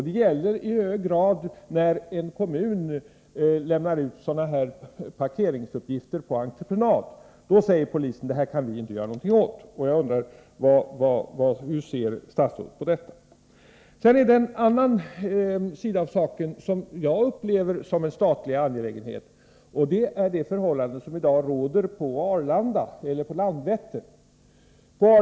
Det gäller när en kommun lämnar ut Det finns också en annan sida av saken, som jag ser som en statlig angelägenhet. Det gäller de förhållanden som i dag råder vid Arlanda och Landvetter.